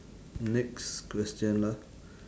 next question lah